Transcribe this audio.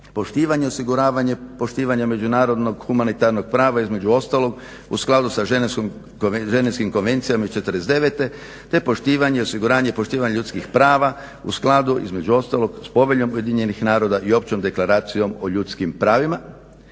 poštivanje osiguravanja poštivanja međunarodnog humanitarnog prava između ostalog u skladu sa Ženevskom Konvencijama iz 49. te poštivanje, osiguranje i poštivanje ljudskih prava u skladu između ostalog s Poveljom UN-a i Općom deklaracijom o ljudskim pravima,